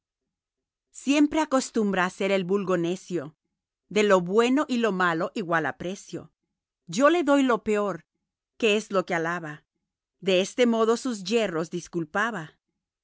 siempre acostumbra hacer el vulgo necio de lo bueno y lo malo igual aprecio yo le doy lo peor que es lo que alaba de este modo sus yerros disculpaba